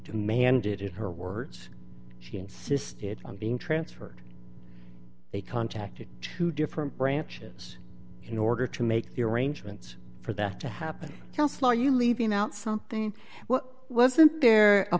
demanded it her words she insisted on being transferred they contacted two different branches in order to make the arrangements for that to happen tell for you leaving out something well wasn't there a